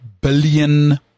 billion